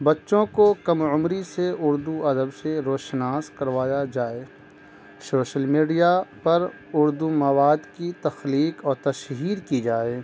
بچوں کو کم عمری سے اردو ادب سے روشناس کروایا جائے شوشل میڈیا پر اردو مواد کی تخلیق اور تشہیر کی جائے